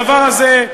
הדבר הזה,